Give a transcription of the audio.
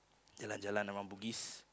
jalan jalan around Bugis